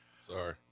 Sorry